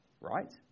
Right